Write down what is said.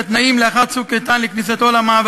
עזה נהנים מאז תום מבצע "צוק איתן" מהתקופה השקטה ביותר מאז